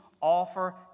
offer